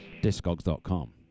Discogs.com